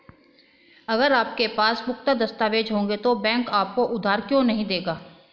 अगर आपके पास पुख्ता दस्तावेज़ होंगे तो बैंक आपको उधार क्यों नहीं देगा?